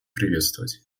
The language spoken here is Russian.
приветствовать